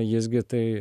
jis gi tai